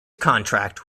contract